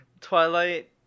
twilight